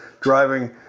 driving